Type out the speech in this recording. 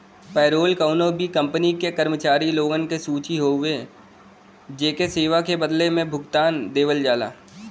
payroll कउनो भी company क कर्मचारी लोगन क सूची हउवे जेके सेवा के बदले में भुगतान देवल जाला